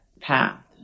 path